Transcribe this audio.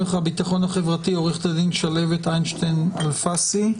הרווחה והשירותים החברתיים עו"ד שלהבת אינשטיין אלפסי,